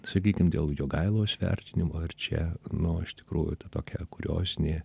sakykim dėl jogailos vertinimo ar čia nu iš tikrųjų ta tokia kuriozinė